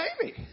baby